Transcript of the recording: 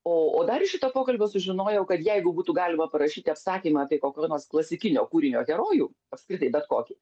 o dar iš šito pokalbio sužinojau kad jeigu būtų galima parašyti apsakymą apie kokio nors klasikinio kūrinio herojų apskritai bet kokį